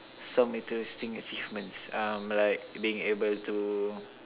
some interesting achievements um like being able to